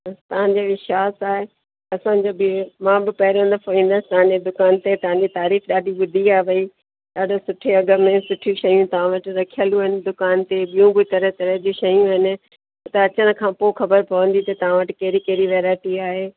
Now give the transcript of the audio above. त तव्हां जे विश्वासु आहे असांजो बि मां बि पहिरियों दफ़ो ईंदसि तव्हां जी दुकान ते तव्हां जी तारीफ़ ॾाढी ॿुधी आहे भई ॾाढो सुठे अघ में सुठी शयूं तव्हां वटि रखियलूं आहिनि दुकान ते ॿियूं बि तरह तरह जी शयूं आहिनि हू त अचण खां पोइ ख़बर पवंदी त तव्हां वटि कहिड़ी कहिड़ी वैरायटी आहे